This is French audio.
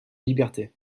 liberté